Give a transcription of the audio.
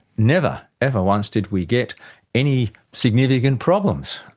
never, ever once did we get any significant problems.